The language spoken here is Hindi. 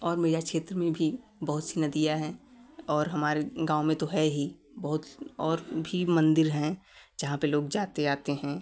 और मेजा क्षेत्र में भी बहुत सी नदियाँ हैं और हमारे गाँव में तो है ही बहुत और भी मंदिर हैं जहाँ पे लोग जाते आते हैं